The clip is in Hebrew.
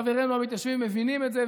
חברינו המתיישבים מבינים את זה,